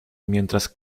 mientras